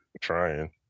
trying